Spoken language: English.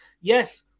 Yes